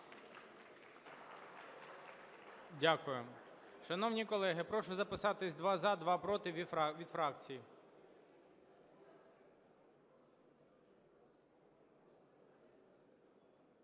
Дякую. Шановні колеги, прошу записатися: два – за, два – проти від фракцій.